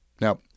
Now